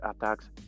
attacks